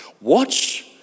Watch